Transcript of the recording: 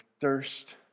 thirst